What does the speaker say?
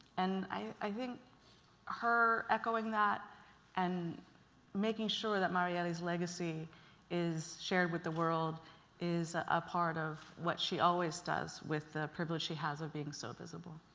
and i think her echoing that and making sure that marielle's legacy is shared with the world is a part of what she always does with the privilege she has of being so visible.